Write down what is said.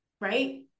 right